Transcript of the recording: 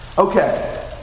Okay